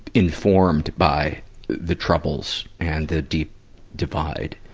informed by the troubles and the deep divide?